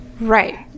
Right